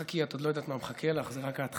חכי, את עוד לא יודעת מה מחכה לך, זאת רק ההתחלה.